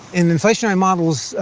in inflation um models,